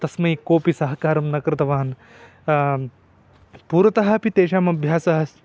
तस्मै कोपि सहकारं न कृतवान् पूर्वतः अपि तेषामभ्यासः अस्